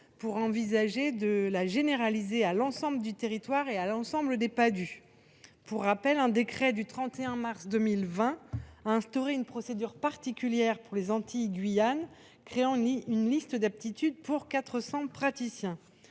d’envisager de généraliser cette procédure à l’ensemble du territoire et à l’ensemble des Padhue. Je rappelle qu’un décret du 31 mars 2020 a instauré une procédure particulière pour les Antilles Guyane, créant une liste d’aptitude pour 400 praticiens.